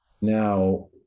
Now